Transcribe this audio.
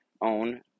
own